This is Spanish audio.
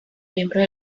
miembros